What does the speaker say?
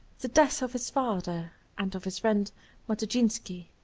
the death of his father and of his friend matuszynski,